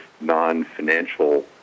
non-financial